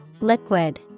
Liquid